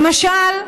למשל: